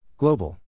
Global